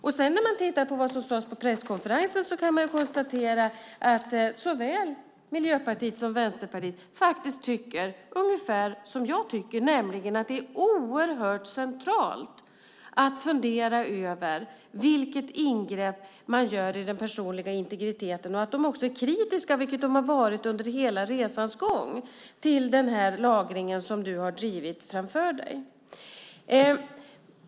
Av det som sades på presskonferensen kan man konstatera att såväl Miljöpartiet som Vänsterpartiet tycker ungefär som jag, nämligen att det är centralt att fundera över vilket ingrepp man gör i den personliga integriteten. De är också kritiska, vilket de har varit under hela resans gång, till den lagring som du, Thomas Bodström, har drivit framför dig.